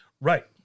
Right